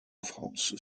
france